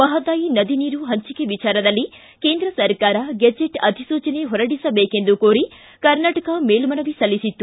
ಮಹದಾಯಿ ನದಿ ನೀರು ಪಂಚಿಕೆ ವಿಚಾರದಲ್ಲಿ ಕೇಂದ್ರ ಸರ್ಕಾರ ಗೆಜೆಟ್ ಅಧಿಸೂಚನೆ ಹೊರಡಿಸಬೇಕೆಂದು ಕೋರಿ ಕರ್ನಾಟಕ ಮೇಲ್ಲನವಿ ಸಲ್ಲಿಸಿತ್ತು